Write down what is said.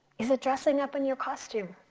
is it dressing up in your costume?